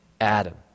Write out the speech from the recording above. Adam